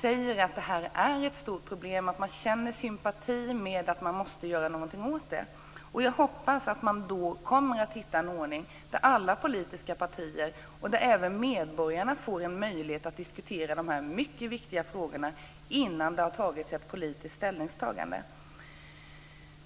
säger att det här är ett stort problem och att man känner sympati med tanken att vi måste göra någonting åt det. Jag hoppas att vi då kommer att hitta en ordning där alla politiska partier och även medborgarna får en möjlighet att diskutera de här mycket viktiga frågorna innan det har gjorts ett politiskt ställningstagande.